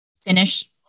finish